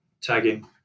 tagging